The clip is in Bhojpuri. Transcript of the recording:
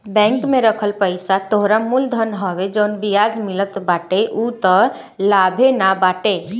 बैंक में रखल पईसा तोहरा मूल धन हवे जवन बियाज मिलत बाटे उ तअ लाभवे न बाटे